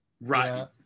Right